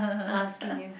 I'm asking you